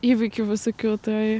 įvykių visokių tai